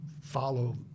follow